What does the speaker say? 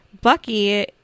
bucky